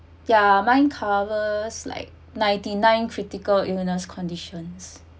ya mine covers like ninety nine critical illness conditions